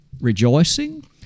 rejoicing